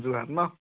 Jorhat ন